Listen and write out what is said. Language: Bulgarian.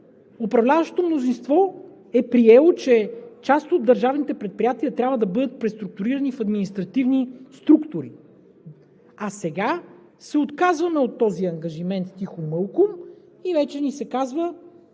управляващото мнозинство е приело, че част от държавните предприятия трябва да бъдат преструктурирани в административни структури. А сега тихомълком се отказваме от този ангажимент и вече ни се казва,